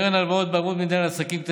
קרן הלוואות בערבות מדינה לעסקים קטנים